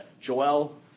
Joel